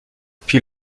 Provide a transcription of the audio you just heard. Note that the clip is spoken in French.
puis